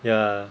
ya